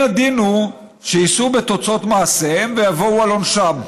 "מן הדין הוא שיישאו בתוצאות מעשיהם ויבואו על עונשם.